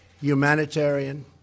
humanitarian